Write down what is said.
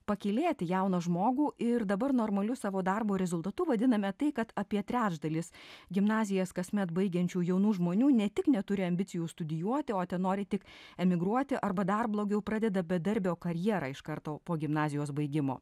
pakylėti jauną žmogų ir dabar normaliu savo darbo rezultatu vadiname tai kad apie trečdalis gimnazijas kasmet baigiančių jaunų žmonių ne tik neturi ambicijų studijuoti o tenori tik emigruoti arba dar blogiau pradeda bedarbio karjerą iš karto po gimnazijos baigimo